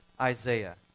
Isaiah